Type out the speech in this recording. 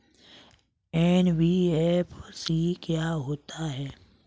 NBFC क्या होता है?